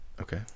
Okay